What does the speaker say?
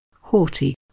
Haughty